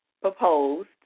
proposed